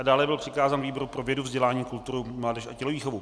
Dále byl přikázán výboru pro vědu, vzdělání, kulturu, mládež a tělovýchovu.